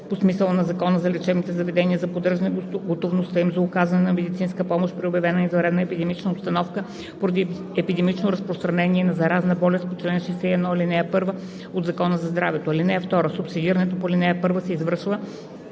по смисъла на Закона за лечебните заведения за поддържане готовността им за оказване на медицинска помощ при обявена извънредна епидемична обстановка поради епидемично разпространение на заразна болест по чл. 61, ал. 1 от Закона за здравето. (2) Субсидирането по ал. 1 се извършва